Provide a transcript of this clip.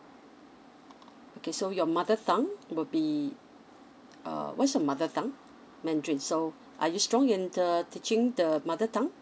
okay so your mother tongue will be uh what's your mother tongue mandarin so are you strong in the teaching the mother tongue